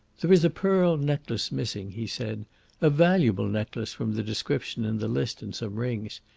there is a pearl necklace missing, he said a valuable necklace, from the description in the list and some rings.